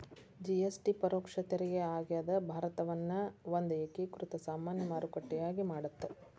GST ಪರೋಕ್ಷ ತೆರಿಗೆ ಆಗ್ಯಾದ ಭಾರತವನ್ನ ಒಂದ ಏಕೇಕೃತ ಸಾಮಾನ್ಯ ಮಾರುಕಟ್ಟೆಯಾಗಿ ಮಾಡತ್ತ